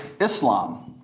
Islam